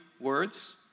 words